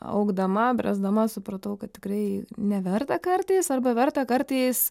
augdama bręsdama supratau kad tikrai neverta kartais arba verta kartais